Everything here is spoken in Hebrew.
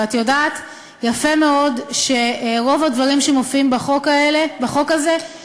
ואת יודעת יפה מאוד שרוב הדברים שמופיעים בחוק הזה יכולים